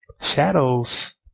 Shadows